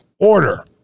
order